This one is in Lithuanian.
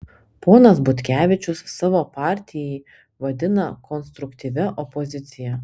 ponas butkevičius savo partiją vadina konstruktyvia opozicija